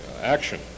action